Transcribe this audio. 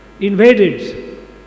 invaded